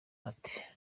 ati